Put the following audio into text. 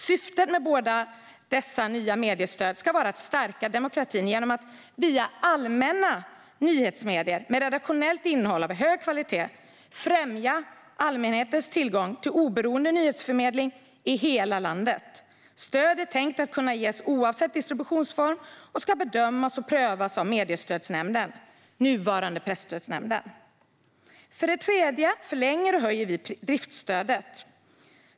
Syftet med båda dessa nya mediestöd ska vara att stärka demokratin genom att via allmänna nyhetsmedier med redaktionellt innehåll av hög kvalitet främja allmänhetens tillgång till oberoende nyhetsförmedling i hela landet. Stöd är tänkt att kunna ges oavsett distributionsform och ska bedömas och prövas av Mediestödsnämnden, nuvarande Presstödsnämnden. För det tredje förlänger vi och höjer driftsstödet.